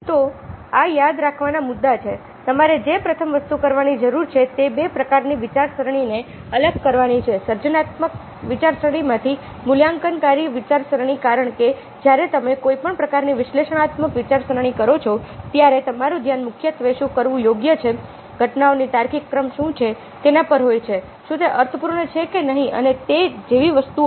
તો આ યાદ રાખવાના મુદ્દા છે તમારે જે પ્રથમ વસ્તુ કરવાની જરૂર છે તે બે પ્રકારની વિચારસરણીને અલગ કરવાની છે સર્જનાત્મક વિચારસરણીમાંથી મૂલ્યાંકનકારી વિચારસરણી કારણ કે જ્યારે તમે કોઈપણ પ્રકારની વિશ્લેષણાત્મક વિચારસરણી કરો છો ત્યારે તમારું ધ્યાન મુખ્યત્વે શું કરવું યોગ્ય છે ઘટનાઓનો તાર્કિક ક્રમ શું છે તેના પર હોય છે શું તે અર્થપૂર્ણ છે કે નહીં અને તે જેવી વસ્તુઓ